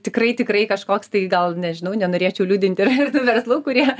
tikrai tikrai kažkoks tai gal nežinau nenorėčiau liūdinti ir verslų kurie